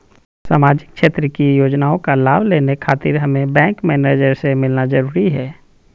सामाजिक क्षेत्र की योजनाओं का लाभ लेने खातिर हमें बैंक मैनेजर से मिलना जरूरी है?